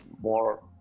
more